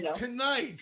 tonight